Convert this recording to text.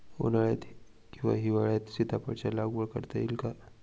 उन्हाळ्यात किंवा हिवाळ्यात सीताफळाच्या लागवड करता येईल का?